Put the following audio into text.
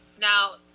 now